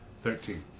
Thirteen